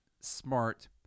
smart